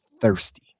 thirsty